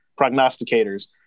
prognosticators